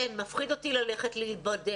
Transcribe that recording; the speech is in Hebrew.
כן, מפחיד אותי ללכת להיבדק.